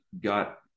got